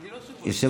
אני לא יושב-ראש.